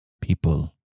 people